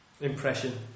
impression